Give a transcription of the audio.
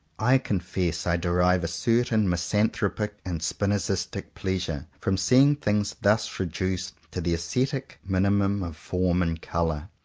i confess i derive a certain misanthropic and spi nozistic pleasure from seeing things thus reduced to the ascetic minimum of form and colour.